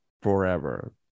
forever